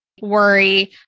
worry